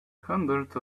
hundreds